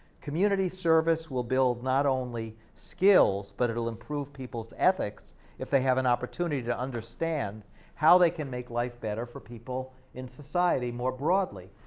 community service will build not only skills but it'll improve people's ethics if they have an opportunity to understand how they can make life better for people in society more broadly.